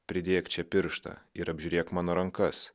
pridėk čia pirštą ir apžiūrėk mano rankas